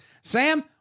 Sam